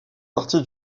partie